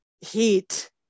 heat